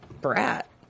brat